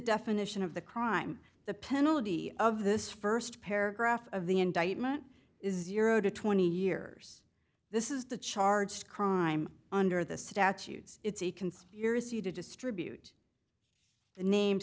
definition of the crime the penalty of this st paragraph of the indictment is zero to twenty years this is the charge crime under the statute it's a conspiracy to distribute the name